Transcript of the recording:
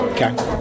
Okay